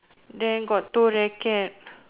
there got two racket